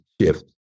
shift